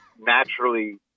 naturally